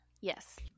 yes